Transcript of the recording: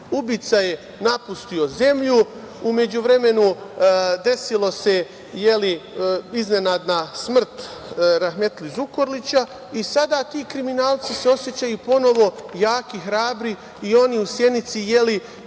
Ubica je napustio zemlju. U međuvremenu desila se iznenadna smrt rahmetli Zukorlića i sada ti kriminalci se osećaju ponovo jaki, hrabri i oni u Sjenici tamo